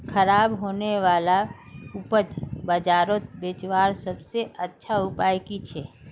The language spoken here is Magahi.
ख़राब होने वाला उपज बजारोत बेचावार सबसे अच्छा उपाय कि छे?